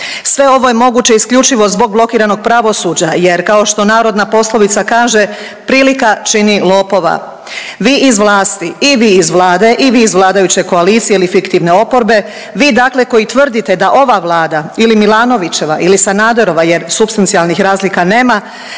Sve ovo je moguće isključivo zbog blokiranog pravosuđa, jer kao što narodna poslovica kaže „prilika čini lopova“. Vi iz vlasti, i vi iz Vlade i vi iz vladajuće koalicije ili fiktivne oporbe, vi dakle koji tvrdite da ova Vlada ili Milanovićeva, ili Sanaderova jer supstancijalnih razlika nema